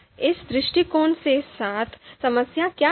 अब इस दृष्टिकोण के साथ समस्या क्या है